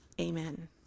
amen